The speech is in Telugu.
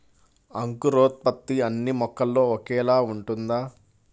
అంకురోత్పత్తి అన్నీ మొక్కల్లో ఒకేలా ఉంటుందా?